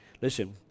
Listen